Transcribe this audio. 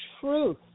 truth